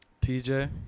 TJ